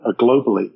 globally